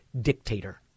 dictator